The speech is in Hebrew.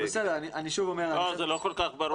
לא, זה לא כל כך ברור.